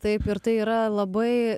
taip ir tai yra labai